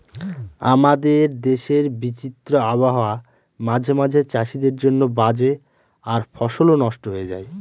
আমাদের দেশের বিচিত্র আবহাওয়া মাঝে মাঝে চাষীদের জন্য বাজে আর ফসলও নস্ট হয়ে যায়